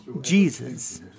Jesus